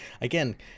again